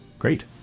great.